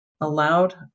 allowed